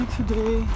today